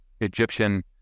Egyptian